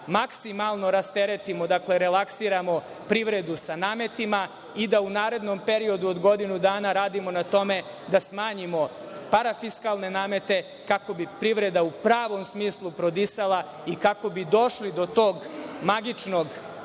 maksimalno rasteretimo, dakle, relaksiramo privredu sa nametima i da u narednom periodu od godinu dana radimo na tome da smanjimo parafiskalne namete kako bi privreda u pravom smislu prodisala i kako bi došli do tog magičnog